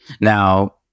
now